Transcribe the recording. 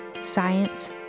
science